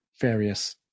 various